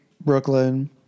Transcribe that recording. Brooklyn